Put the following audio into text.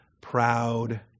proud